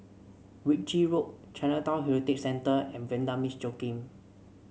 Ritchie Road Chinatown Heritage Centre and Vanda Miss Joaquim